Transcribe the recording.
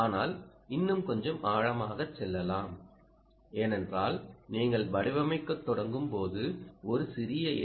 ஆனால் இன்னும் கொஞ்சம் ஆழமாக செல்லலாம் ஏனென்றால் நீங்கள் வடிவமைக்கத் தொடங்கும் போது ஒரு சிறிய எல்